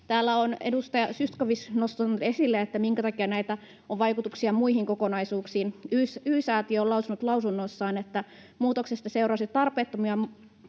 Täällä on edustaja Zyskowicz nostanut esille, minkä takia näillä on vaikutuksia muihin kokonaisuuksiin. Y-Säätiö on lausunut lausunnossaan, että muutoksesta seuraisi tarpeettomia